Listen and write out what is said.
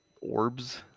orbs